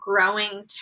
growing